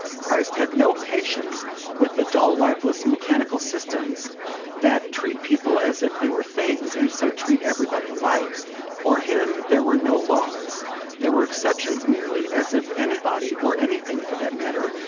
christ had no patience with the dull lifeless mechanical systems that treat people as if they were things, and so treat everybody alike for him there were no laws there were exceptions merely, as if anybody, or anything, for that matter,